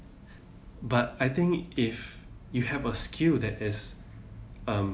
but I think if you have a skill that is um